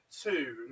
two